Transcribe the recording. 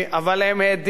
אבל הם העדיפו,